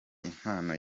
impano